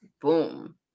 Boom